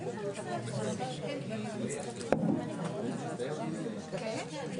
אני מתכבד לפתוח את ישיבת ועדת העלייה והקליטה והתפוצות.